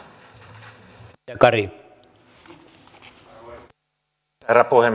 arvoisa herra puhemies